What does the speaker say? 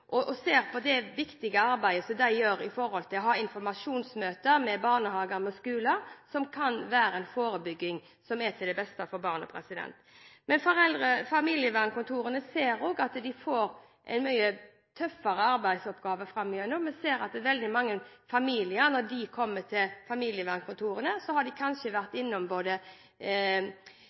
barnehager og skoler, og som kan bidra til en forebygging, som er til det beste for barna. Familievernkontorene ser også at de får en mye tøffere arbeidsoppgave framover. Vi ser at når veldig mange familier kommer til familievernkontorene, har de vært innom andre instanser, f.eks. på grunn av rusproblematikk. Derfor er samarbeidet på tvers av etater veldig viktig. Fremskrittspartiet ønsker et tosporet familievern. Vi ønsker at vi skal kunne ha både